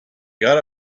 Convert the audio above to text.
got